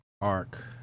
ARC